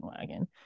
wagon